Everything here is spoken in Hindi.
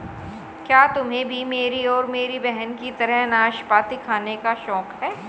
क्या तुम्हे भी मेरी और मेरी बहन की तरह नाशपाती खाने का शौक है?